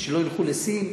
שלא ילכו לסין,